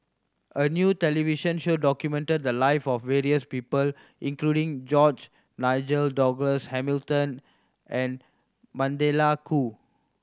a new television show documented the live of various people including George Nigel Douglas Hamilton and Magdalene Khoo